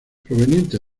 proveniente